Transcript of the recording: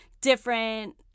different